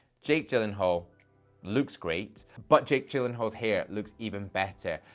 jake gyllenhaal looks great, but jake gyllenhaal's hair looks even better.